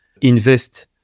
invest